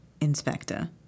Inspector